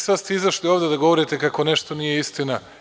Sada ste izašli ovde da govorite kako nešto nije istina.